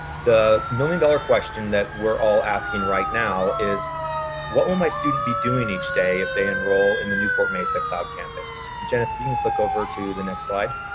the million dollar question that we're all asking right now is what will my student be doing each day if they enroll in the newport-mesa cloud campus? jenith, if you can click over to the next slide.